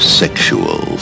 sexual